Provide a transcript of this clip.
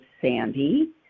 Sandy